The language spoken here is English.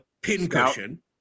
pincushion